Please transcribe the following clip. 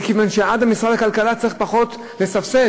מכיוון שאז משרד הכלכלה צריך פחות לסבסד.